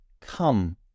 come